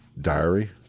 diary